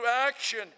action